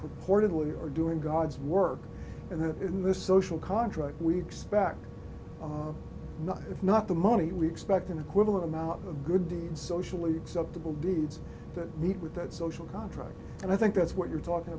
purportedly are doing god's work and that in this social contract we expect nothing if not the money we expect an equivalent amount of good deeds socially acceptable deeds that meet with that social contract and i think that's what you're talking